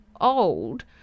old